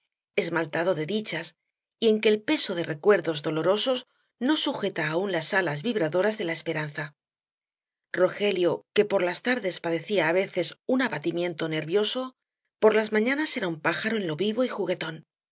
esmaltado de dichas y en que el peso de recuerdos dolorosos no sujeta aún las alas vibradoras de la esperanza rogelio que por las tardes padecía á veces un abatimiento nervioso por las mañanas era un pájaro en lo vivo y